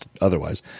otherwise